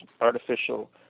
artificial